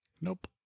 Nope